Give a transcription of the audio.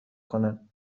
کنند